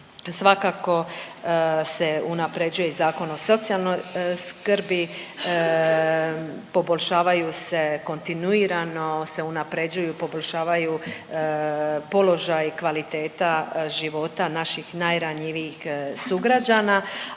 svakako se unaprjeđuje i Zakon o socijalnoj skrbi, poboljšavaju se, kontinuirano se unaprjeđuju i poboljšavaju položaj i kvaliteta života naših najranjivijih sugrađana,